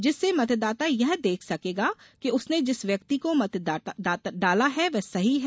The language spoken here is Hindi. जिससे मतदाता यह देख सकेगा कि उसने जिस व्यक्ति को मत डाला है वह सही है